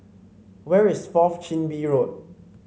where is Fourth Chin Bee Road